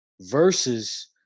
versus